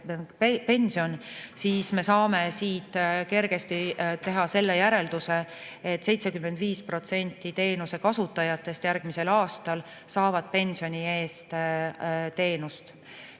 pension, siis saame siit kergesti teha järelduse, et 75% teenuse kasutajatest saab järgmisel aastal pensioni eest teenust.